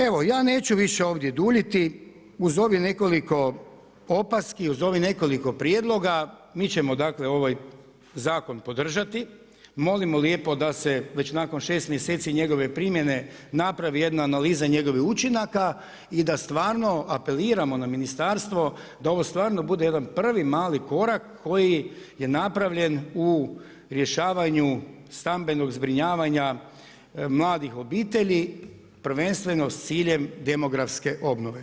Evo ja neću više ovdje duljiti, uz ovih nekoliko opaski, uz ovih nekoliko prijedloga, mi ćemo dakle ovaj zakon podržati, molimo lijepo da se već nakon 6 mjeseci njegove primjere napravi jedna analiza njegovih učinaka i da stvarno apeliramo na ministarstvo, da ovo stvarno bude jedan prvi mali korak koji je napravljen u rješavanju stambenog zbrinjavanja mladih obitelji, prvenstveno s ciljem demografske obnove.